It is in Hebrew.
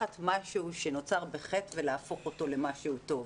לקחת משהו שנוצר בחטא ולהפוך אותו למשהו טוב.